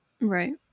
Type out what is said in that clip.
Right